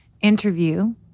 interview